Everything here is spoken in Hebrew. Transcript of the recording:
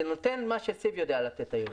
זה נותן מה שסיב יודע לתת היום.